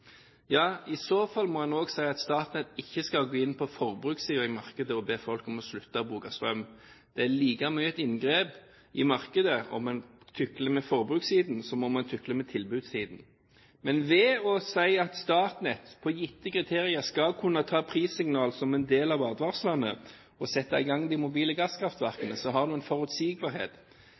Ja, i så fall må en også si at Statnett ikke skal gå inn på forbrukssiden i markedet og be folk om å slutte å bruke strøm. Det er like mye et inngrep i markedet om en tukler med forbrukssiden som om en tukler med tilbudssiden. Men ved å si at Statnett på gitte kriterier skal kunne ta prissignal som en del av advarslene og sette i gang de mobile gasskraftverkene, har du en forutsigbarhet